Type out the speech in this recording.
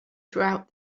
throughout